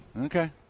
Okay